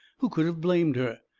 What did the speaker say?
who could of blamed her?